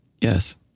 Yes